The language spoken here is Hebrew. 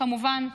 כמובן,